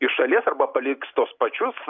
iš šalies arba paliks tuos pačius